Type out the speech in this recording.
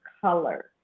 color